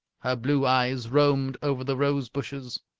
her blue eyes roamed over the rose bushes,